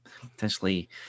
potentially